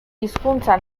hizkuntza